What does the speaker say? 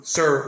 Sir